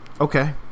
Okay